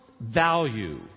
value